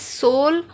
soul